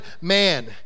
man